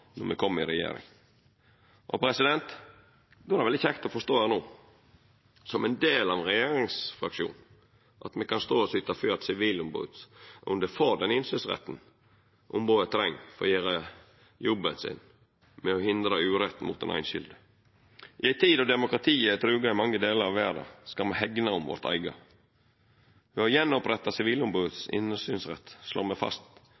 når me kom i regjering. Då er det veldig kjekt å stå her no, som ein del av regjeringsfraksjonen, og syta for at Sivilombodet får den innsynsretten ombodet treng for å gjera jobben sin med å hindra urett mot den einskilde. I ei tid då demokratiet er truga i mange delar av verda, skal me hegna om vårt eige. Ved å retta opp igjen innsynsretten til Sivilombodet slår me fast